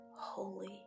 holy